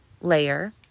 layer